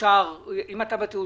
כמה זה יעלה בערך?